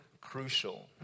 crucial